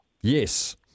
Yes